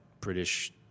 British